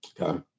Okay